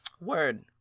Word